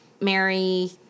Mary